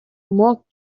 mark